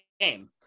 game